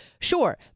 Sure